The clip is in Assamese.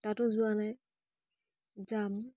তাতো যোৱা নাই যাম